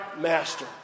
Master